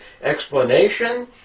explanation